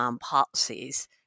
policies